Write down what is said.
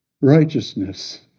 righteousness